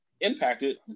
impacted